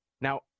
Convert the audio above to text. Now